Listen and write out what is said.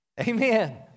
Amen